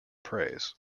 praise